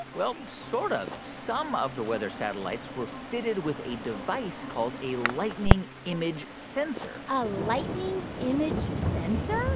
well, sort of. some of the weather satellites were fitted with a device called a lightning image sensor a lightning image sensor?